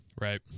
Right